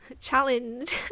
challenge